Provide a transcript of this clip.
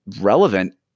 relevant